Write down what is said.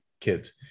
kids